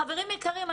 חברים יקרים,